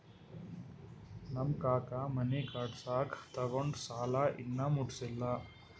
ನಮ್ ಕಾಕಾ ಮನಿ ಕಟ್ಸಾಗ್ ತೊಗೊಂಡ್ ಸಾಲಾ ಇನ್ನಾ ಮುಟ್ಸಿಲ್ಲ